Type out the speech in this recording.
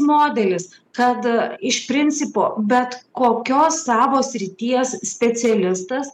modelis kad iš principo bet kokios savos srities specialistas